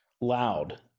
loud